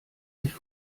sich